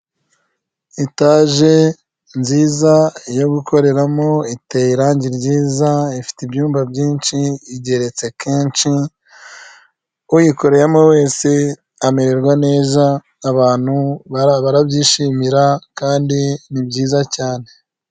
Etaje nziza yo gukoreramo iteye irangi ryiza, ifite ibyumba byinshi, igeretse kenshi uyikoreyemo wese amererwa neza abantu barabyishimira kandi ni byiza cyane!